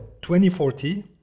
2040